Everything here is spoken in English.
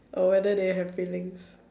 or whether they have feelings